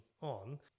on